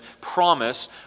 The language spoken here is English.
promise